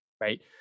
Right